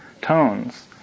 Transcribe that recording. tones